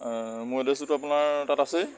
মোৰ এড্ৰেছটোতো আপোনাৰ তাত আছেই